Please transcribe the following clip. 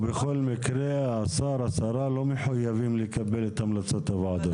ובכל מקרה השר או השרה לא מחוייבים לקבל את המלצות הוועדה.